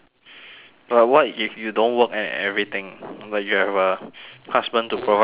but what if you don't work and everything but you have a husband to provide for you